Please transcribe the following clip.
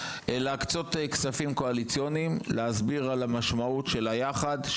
להקצות כספים קואליציוניים להסביר על המשמעות של היחד,